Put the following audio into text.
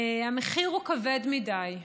המחיר הוא כבד מדי.